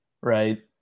right